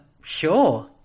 Sure